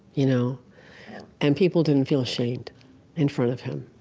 you know and people didn't feel ashamed in front of him